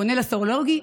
פונה לסרולוגי,